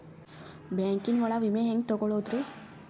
Banking ಒಳಗ ವಿಮೆ ಹೆಂಗ್ ತೊಗೊಳೋದ್ರಿ?